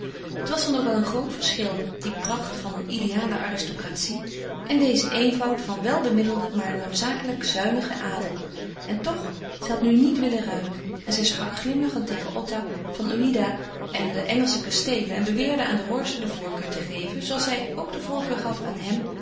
het was dan ook wel een groot verschil die pracht van ideale aristocratie en deze eenvoud van wel bemiddelden maar noodzakelijk zuinigen adel en toch zij had nu niet willen ruilen en zij sprak glimlachend tegen otto van ouida en de engelsche kasteelen en beweerde aan de horze de voorkeur te geven zooals zij ook de voorkeur gaf aan hem